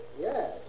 Yes